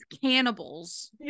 cannibals